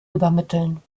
übermitteln